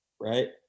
right